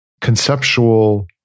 conceptual